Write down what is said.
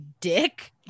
dick